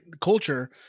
culture